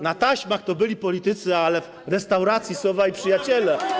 Na taśmach to byli politycy, ale w restauracji Sowa i Przyjaciele.